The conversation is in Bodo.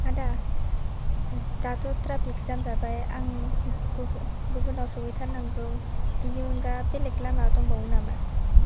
आदा दाथ' ट्राफिक जाम जाबाय आं गुबुन गुबनाव सहैथारनांगौ बिनि अनगा बेलेग लामा दंबावो नामा